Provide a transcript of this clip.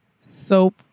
soap